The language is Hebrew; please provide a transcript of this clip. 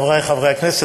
חברי חברי הכנסת,